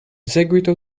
seguito